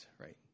right